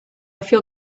feel